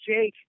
Jake